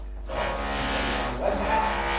so i'll write npm run webpack.